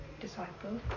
disciple